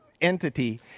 entity